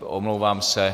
Omlouvám se.